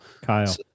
Kyle